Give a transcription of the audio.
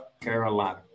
Carolina